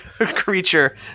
creature